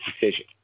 decision